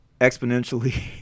exponentially